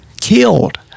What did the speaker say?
killed